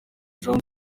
john